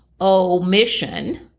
omission